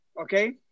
Okay